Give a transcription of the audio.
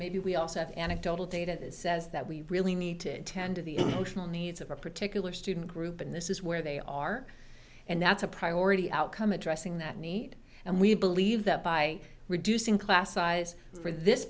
maybe we also have anecdotal data that says that we really need to attend to the emotional needs of a particular student group and this is where they are and that's a priority outcome addressing that need and we believe that by reducing class size for this